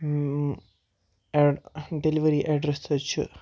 add delivery address تہِ حظ چھِ